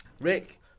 Rick